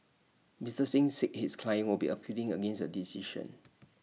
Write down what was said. Mister Singh said his client would be appealing against the decision